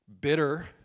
Bitter